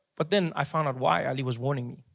but then i found out why ali was warning me.